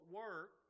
work